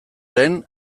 lehen